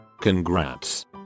Congrats